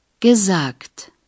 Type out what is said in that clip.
Gesagt